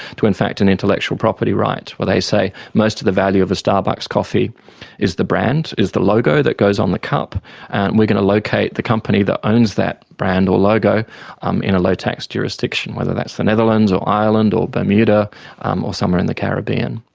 to in fact an intellectual property right, where they say most of the value of a starbucks coffee is the brand, is the logo that goes on the cup, and we are going to locate the company that owns that brand or logo um in a low tax jurisdiction, whether that's the netherlands or ireland or bermuda um or somewhere in the caribbean.